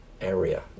area